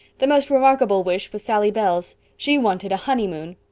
the most remarkable wish was sally bell's. she wanted a honeymoon.